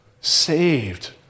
saved